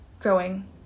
growing